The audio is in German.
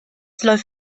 läuft